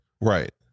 Right